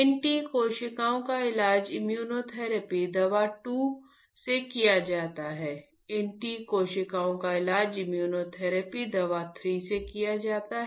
इन T कोशिकाओं का इलाज इम्यूनोथेरेपी दवा 2 से किया जाता है इन T कोशिकाओं का इलाज इम्यूनोथेरेपी दवा 3 से किया जाता है